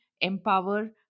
empower